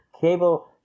cable